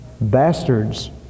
Bastards